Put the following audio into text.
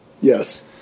Yes